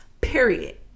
period